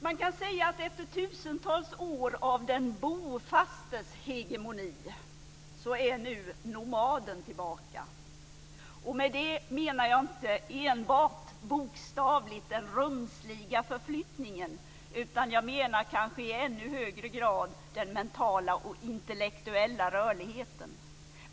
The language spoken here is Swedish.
Man kan säga att efter tusentals år av den bofastes hegemoni är nu nomaden tillbaka. Med det menar jag inte enbart och bokstavligt den rumsliga förflyttningen, utan jag menar i ännu högre grad den mentala och intellektuella rörligheten.